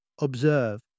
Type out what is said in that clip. Observe